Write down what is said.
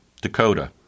Dakota